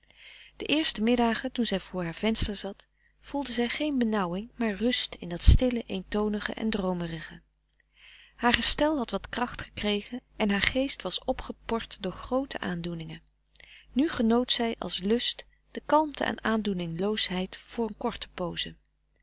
de eerste middagen toen zij voor haar venster zat frederik van eeden van de koele meren des doods voelde zij geen benauwing maar rust in dat stille eentonige en droomerige haar gestel had wat kracht gekregen en haar geest was opgepord door groote aandoeningen nu genoot zij als lust de kalmte en aandoeningloosheid voor een korte pooze